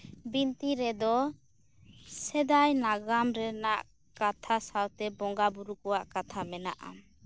ᱵᱤᱱᱛᱤᱨᱮᱫᱚ ᱥᱮᱫᱟᱭ ᱱᱟᱜᱟᱢ ᱨᱮᱱᱟᱜ ᱠᱟᱛᱷᱟ ᱥᱟᱶᱛᱮ ᱵᱚᱸᱜᱟ ᱵᱳᱨᱳ ᱠᱚᱣᱟᱜ ᱠᱟᱛᱷᱟ ᱢᱮᱱᱟᱜᱼᱟ